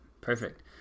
Perfect